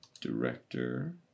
Director